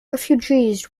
refugees